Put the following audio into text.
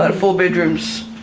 ah four bedrooms,